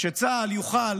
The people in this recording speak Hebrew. שצה"ל יוכל